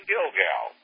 Gilgal